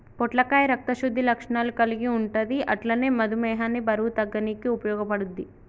పొట్లకాయ రక్త శుద్ధి లక్షణాలు కల్గి ఉంటది అట్లనే మధుమేహాన్ని బరువు తగ్గనీకి ఉపయోగపడుద్ధి